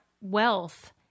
wealth